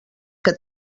que